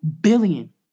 billion